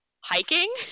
hiking